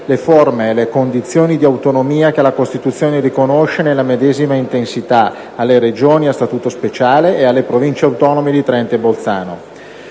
le forme e le condizioni di autonomia che la Costituzione riconosce, nella medesima intensità, alle Regioni a Statuto speciale e alle Province autonome di Trento e di Bolzano;